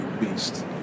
beast